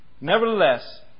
Nevertheless